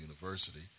University